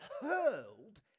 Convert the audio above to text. hurled